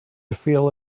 feel